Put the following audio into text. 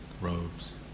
robes